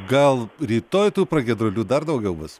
gal rytoj tų pragiedrulių dar daugiau bus